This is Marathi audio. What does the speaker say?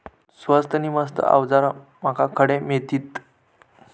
स्वस्त नी मस्त अवजारा माका खडे मिळतीत?